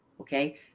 okay